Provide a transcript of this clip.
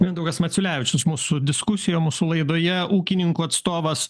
mindaugas maciulevičius mūsų diskusijoj mūsų laidoje ūkininkų atstovas